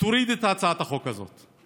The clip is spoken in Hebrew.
תוריד את הצעת החוק הזאת.